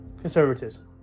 conservatism